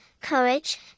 courage